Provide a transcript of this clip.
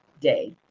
day